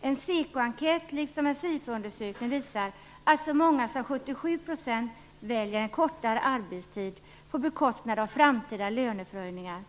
En SEKO-enkät liksom en SIFO-undersökning visar att så många som 77 % väljer kortare arbetstid på bekostnad av framtida löneförhöjningar.